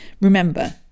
Remember